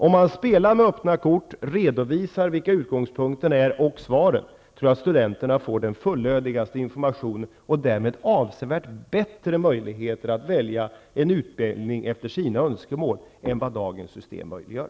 Om man spelar med öppna kort, redovisar utgångspunkterna och svaren, tror jag att studenterna får den fullödigaste informationen och därmed avsevärt bättre möjligheter att välja en utbildning efter sina önskemål än vad dagens system möjliggör.